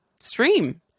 stream